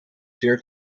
zeer